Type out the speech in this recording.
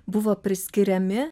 buvo priskiriami